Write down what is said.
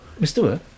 Mr